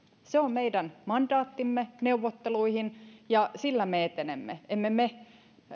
se on meidän mandaattimme neuvotteluihin ja sillä me etenemme emme me